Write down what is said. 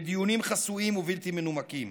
בדיונים חסויים ובלתי מנומקים.